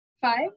Five